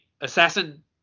assassin